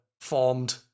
formed